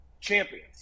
champions